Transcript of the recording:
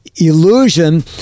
illusion